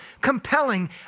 compelling